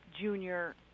Junior